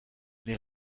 les